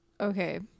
okay